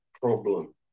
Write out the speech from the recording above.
problem